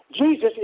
Jesus